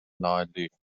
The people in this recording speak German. nahelegen